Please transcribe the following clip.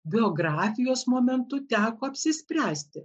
biografijos momentu teko apsispręsti